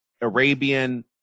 Arabian